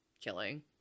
killing